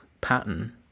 pattern